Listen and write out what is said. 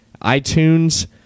iTunes